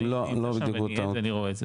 אני נמצא שם ואני עד ואני רואה את זה.